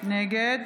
נגד